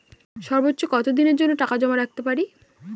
সর্বোচ্চ কত দিনের জন্য টাকা জমা রাখতে পারি?